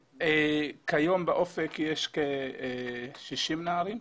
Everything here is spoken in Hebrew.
סגן השר לביטחון פנים גדי יברקן: כיום באופק יש כ-60 נערים,